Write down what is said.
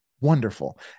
wonderful